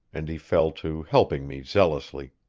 and he fell to helping me zealously.